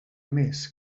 més